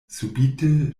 subite